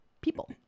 people